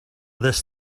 this